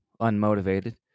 unmotivated